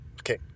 Okay